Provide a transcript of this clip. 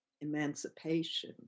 emancipation